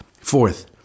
Fourth